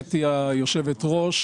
קולט היא יושבת הראש.